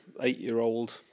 eight-year-old